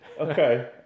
Okay